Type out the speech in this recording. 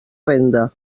renda